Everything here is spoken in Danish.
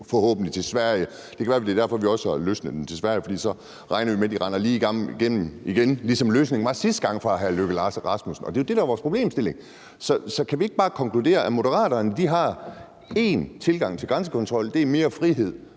dem igennem til Sverige – det kan være, det er derfor, man har lempet kontrollen til Sverige, for så regner vi med, at de render lige igennem igen, ligesom løsningen var sidste gang fra hr. Lars Løkke Rasmussens side. Og det er jo det, der er vores problemstilling. Så kan vi ikke bare konkludere, at Moderaterne har én tilgang til grænsekontrol, og det er mere frihed,